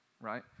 right